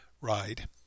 ride